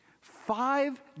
Five